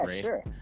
sure